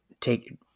take